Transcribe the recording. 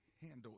handle